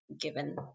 given